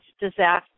disaster